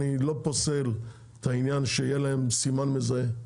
אני לא פוסל את העניין שיהיה להם סימן מזהה.